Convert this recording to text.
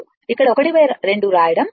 ఇక్కడ ½ రాయడం మర్చిపోయాము